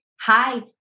hi